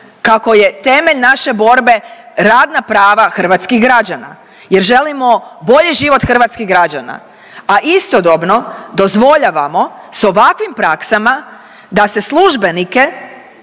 kako je temelj naše borbe radna prava hrvatskih građana jer želimo bolji život hrvatskih građana, a istodobno dozvoljavamo s ovakvim praksama da se službenike,